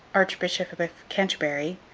archbishop of canterbury,